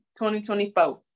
2024